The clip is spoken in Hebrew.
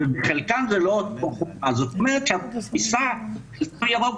ובחלקן זה לא --- זאת אומרת שהתפיסה של התו הירוק